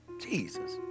Jesus